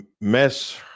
mess